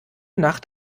nacht